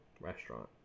restaurant